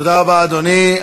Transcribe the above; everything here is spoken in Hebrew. תודה רבה, אדוני.